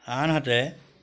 আনহাতে